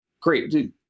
Great